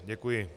Děkuji.